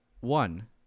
One